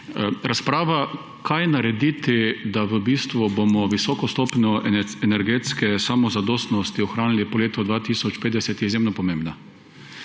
Razprava, kaj narediti, da v bistvu bomo visoko stopnjo energetske samozadostnosti ohranili po letu 2050, je izjemno pomembna.